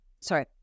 sorry